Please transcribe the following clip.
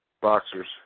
Boxers